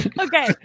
Okay